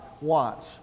wants